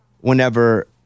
Whenever